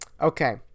Okay